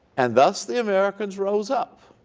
and thus the americans rose up.